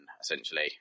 essentially